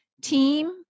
team